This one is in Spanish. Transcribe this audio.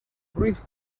ruiz